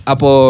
Apo